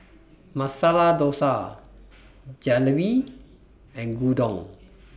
Masala Dosa Jalebi and Gyudon